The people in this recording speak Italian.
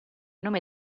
nome